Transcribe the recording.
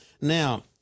Now